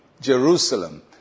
Jerusalem